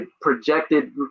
projected